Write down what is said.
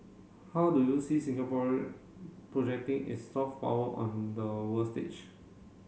how do you see Singapore projecting its soft power on the world stage